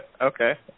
Okay